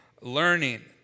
learning